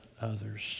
others